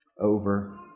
over